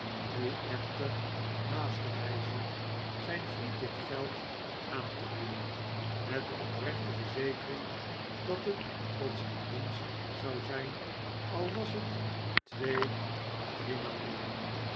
nu echter haastte hij zich zijn vriend dit geld aan te bieden met de oprechte verzekering dat het tot zijn dienst zou zijn al was het twee of driemaal meer